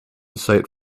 site